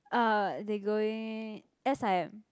uh they going S_I_M